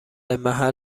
محل